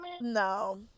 no